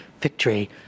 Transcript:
victory